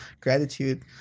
gratitude